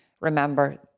remember